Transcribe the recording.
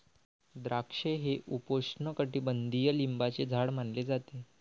द्राक्षे हे उपोष्णकटिबंधीय लिंबाचे झाड मानले जाते